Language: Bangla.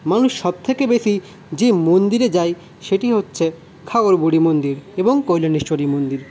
মানুষ সবথেকে বেশী যে মন্দিরে যায় সেটি হচ্ছে ঘাঘর বুড়ি মন্দির এবং কল্যাণেশ্বরী মন্দির